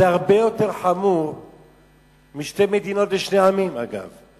זה הרבה יותר חמור משתי מדינות לשני עמים, אגב.